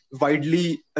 widely